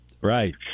right